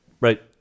Right